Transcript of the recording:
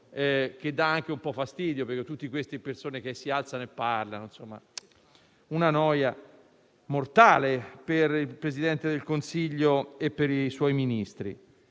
che dà anche un po' fastidio. Tutte queste persone che si alzano e parlano: una noia mortale per il Presidente del Consiglio e per i suoi Ministri.